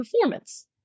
performance